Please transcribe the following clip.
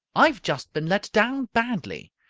i've just been let down badly.